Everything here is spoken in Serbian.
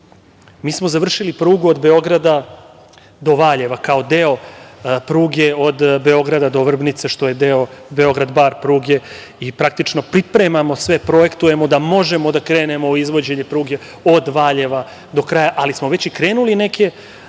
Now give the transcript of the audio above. smo završili prugu od Beograda do Valjeva kao deo pruge od Beograda do Vrbnice što je deo Beograd-Bar pruge, i praktično pripremamo sve, projektujemo, da možemo da krenemo u izvođenje pruge od Valjeva do kraja. Ali, smo već i krenuli u